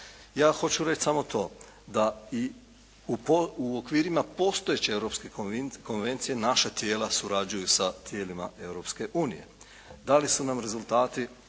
Ja hoću reći samo to, da i u okvirima postojeće Europske konvencije naša tijela surađuju sa tijelima Europske unije. Da li su nam rezultati